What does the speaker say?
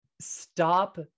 stop